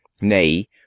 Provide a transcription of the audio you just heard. nay